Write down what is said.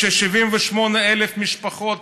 78,000 משפחות,